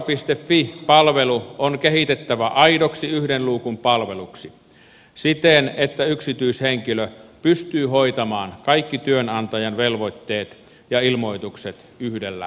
fi palvelu on kehitettävä aidoksi yhden luukun palveluksi siten että yksityishenkilö pystyy hoitamaan kaikki työnantajan velvoitteet ja ilmoitukset yhdellä kertaa